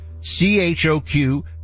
C-H-O-Q